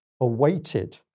awaited